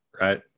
Right